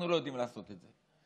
אנחנו לא יודעים לעשות את זה,